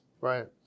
Right